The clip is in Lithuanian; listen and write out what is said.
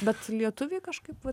bet lietuviai kažkaip vat